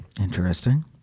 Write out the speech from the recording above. Interesting